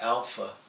Alpha